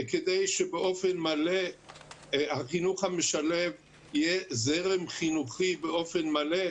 כדי שבאופן מלא החינוך המשלב יהיה זרם חינוכי באופן מלא.